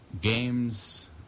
Games